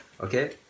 okay